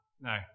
No